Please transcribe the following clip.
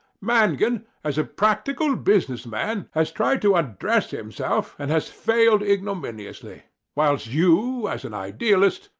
mangan, as a practical business man, has tried to undress himself and has failed ignominiously whilst you, as an idealist,